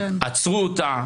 עצרו אותה,